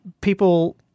people